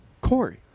Corey